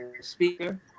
speaker